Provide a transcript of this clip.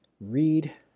read